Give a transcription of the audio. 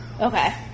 Okay